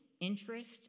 interest